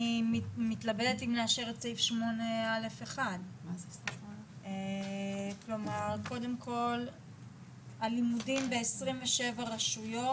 אני מתלבטת אם לאשר את סעיף 8א1. קודם כל הלימודים ב-27 רשויות